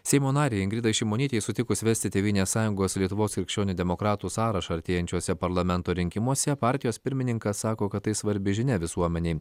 seimo narei ingridai šimonytei sutikus vesti tėvynės sąjungos lietuvos krikščionių demokratų sąrašą artėjančiuose parlamento rinkimuose partijos pirmininkas sako kad tai svarbi žinia visuomenei